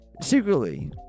Secretly